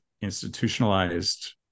institutionalized